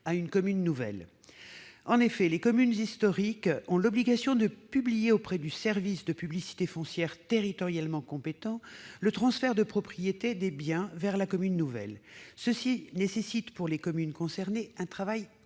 une commune nouvelle. En effet, les communes historiques ont l'obligation de publier, auprès du service de publicité foncière territorialement compétent, le transfert de propriété des biens vers la commune nouvelle. Cela leur demande un travail